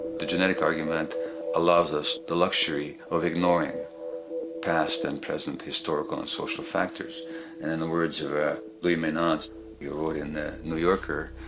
the genetic argument allows us the luxury of ignoring past and present historical and social factors. and in the words of louis menand who so yeah wrote in the new yorker,